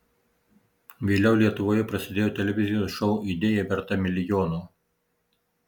vėliau lietuvoje prasidėjo televizijos šou idėja verta milijono